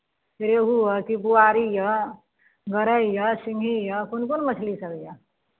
रेहू यए कि बुआरी यए गरइ यए सिंघही यए कोन कोन मछलीसभ यए